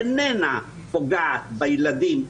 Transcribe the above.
איננה פוגעת בילדים,